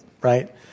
right